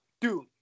dude